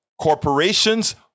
corporations